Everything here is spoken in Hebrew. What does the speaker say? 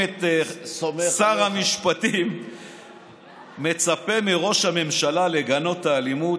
שר המשפטים מצפה מראש הממשלה לגנות את האלימות.